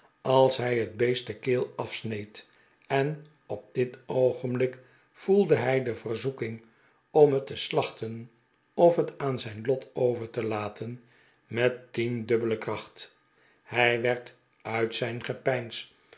als hij het bee st de keel afsneed en op dit oogenblik voelde hij de verzoeking om het te slachten of het aan zijn lot over te laten met tiendubbele kracht hij werd uit zijn gepeins